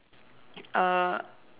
uh